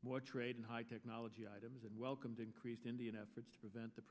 what trade and high technology items and welcomed increased indian efforts to prevent